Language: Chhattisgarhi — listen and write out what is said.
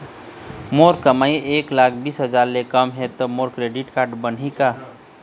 मोर कमाई एक लाख बीस हजार ले कम हे त मोर क्रेडिट कारड बनही का?